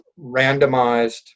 randomized